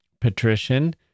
Patrician